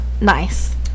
nice